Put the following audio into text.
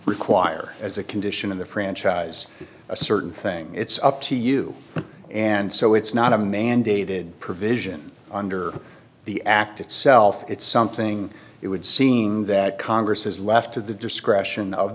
require as a condition of the franchise a certain thing it's up to you and so it's not a mandated provision under the act itself it's something it would seem that congress is left to the discretion of